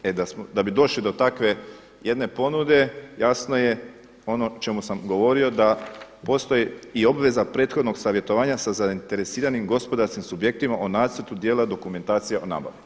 Da bi došli do takve jedne ponude, jasno je ono o čemu sam govorio da postoji i obveza prethodnog savjetovanja za zainteresiranim gospodarskim subjektima o nacrtu dijela dokumentacija o nabavi.